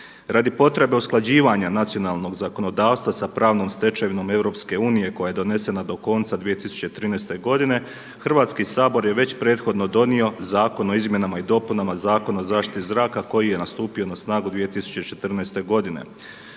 Radi potrebe usklađivanja nacionalnog zakonodavstva sa pravnom stečevinom EU koja je donesena do konca 2013. godine Hrvatski sabor je već prethodno donio Zakon o izmjenama i dopunama Zakona o zaštiti zraka koji je stupio na snagu 2014. godine.